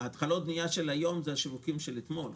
התחלות הבנייה של היום זה השיווקים של אתמול.